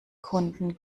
kunden